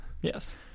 Yes